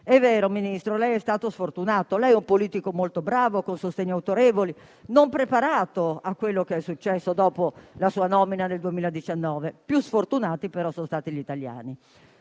È vero, Ministro, lei è stato sfortunato, lei è un politico molto bravo, con sostegni autorevoli, non preparato a quello che è successo dopo la sua nomina nel 2019. Più sfortunati, però, sono stati gli italiani.